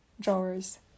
drawers